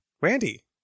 Randy